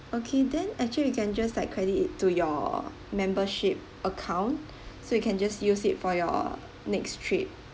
okay then actually we can just like credit it to your membership account so you can just use it for your next trip